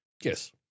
Yes